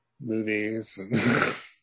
movies